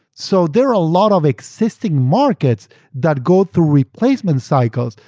so there are a lot of existing markets that go through replacement cycles,